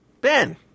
Ben